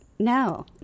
no